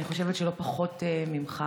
אני חושבת שלא פחות ממך,